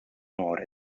onore